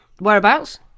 Whereabouts